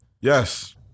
Yes